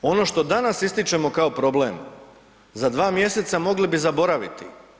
Ono što danas ističemo kao problem, za dva mjeseca mogli bi zaboraviti.